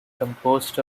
composed